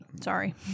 Sorry